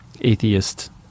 atheist